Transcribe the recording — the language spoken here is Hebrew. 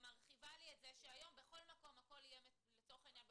היא מרחיבה לי את זה שהיום הכל יהיה מצולם בכל מקום,